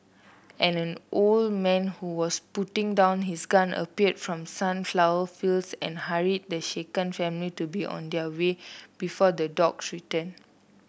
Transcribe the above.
an old man who was putting down his gun appeared from sunflower fields and hurried the shaken family to be on their way before the dogs return